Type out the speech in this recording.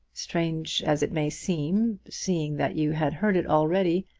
strange as it may seem, seeing that you had heard it already,